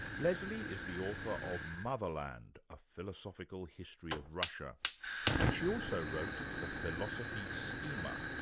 lesley is the author of motherland a philosophical history of russia and she also wrote the philosophy steamer,